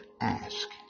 ask